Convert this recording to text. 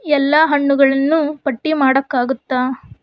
ಎಲ್ಲ ಹಣ್ಣುಗಳನ್ನೂ ಪಟ್ಟಿ ಮಾಡೋಕ್ಕಾಗುತ್ತಾ